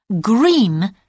Green